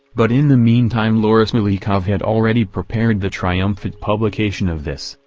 but in the meantime loris-melikov had already prepared the triumphant publication of this,